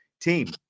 team